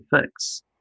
fix